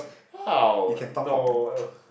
!wow! no